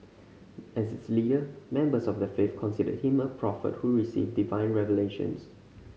as its leader members of the faith considered him a prophet who received divine revelations